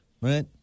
right